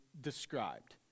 described